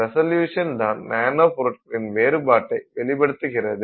resolution தான் nano பொருட்கட்களின் வேறுபாட்டை வெளிப்படுத்துகிறது